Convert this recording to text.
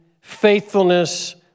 faithfulness